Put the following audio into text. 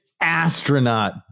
astronaut